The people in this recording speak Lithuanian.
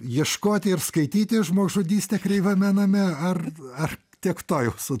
ieškoti ir skaityti žmogžudystę kreivame name ar ar tiek to jau su